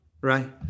right